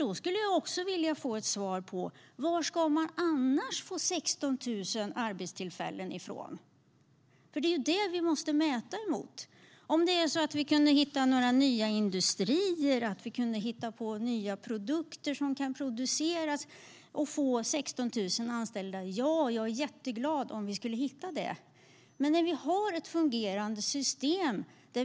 Jag skulle vilja få ett svar på var man annars ska få 16 000 arbetstillfällen från. Det är ju det vi måste mäta emot. Jag skulle bli jätteglad om vi hittade nya industrier och nya produkter att producera och det ledde till att 16 000 personer blev anställda. Men nu har vi ett fungerande system.